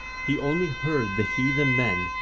he only heard the heathen men,